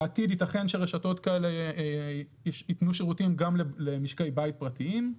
בעתיד ייתכן שרשתות כאלה יתנו שירותים גם למשקי בית פרטיים.